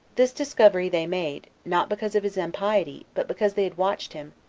this discovery they made, not because of his impiety, but because they had watched him,